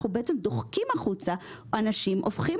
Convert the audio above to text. אנחנו בעצם דוחקים החוצה אנשים והופכים